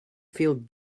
feel